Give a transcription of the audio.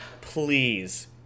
please